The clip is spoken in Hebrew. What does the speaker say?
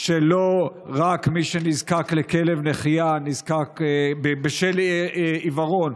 שלא רק מי שנזקק לכלב נחייה נזקק לו בשל עיוורון,